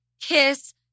kiss